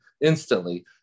instantly